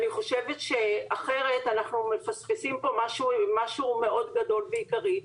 אני חושבת שאחרת אנחנו מפספסים פה משהו מאוד גדול ועיקרי.